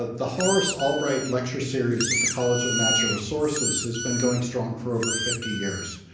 ah the horace albright lecture series at the college of natural resources has been going strong for over fifty years.